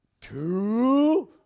two